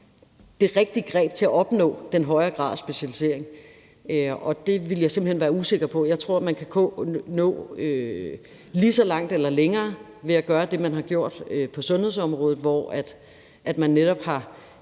det rigtige greb til at opnå en højere grad af specialisering, og det ville jeg simpelt hen være usikker på. Jeg tror man kan nå lige så langt eller længere ved at gøre det, man har gjort på sundhedsområdet, hvor man netop har